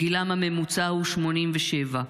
וגילם הממוצע הוא 87,